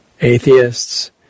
Atheists